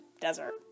desert